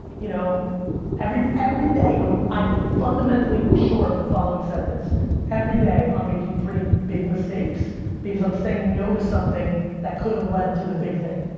you know every every day, i'm i'm fundamentally sure of the following sentence every day i'm making pretty big mistakes because i'm saying no to something that could have lead to the big thing